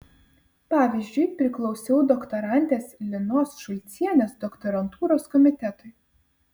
pavyzdžiui priklausiau doktorantės linos šulcienės doktorantūros komitetui